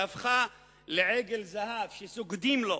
שהפכה לעגל זהב שסוגדים לו,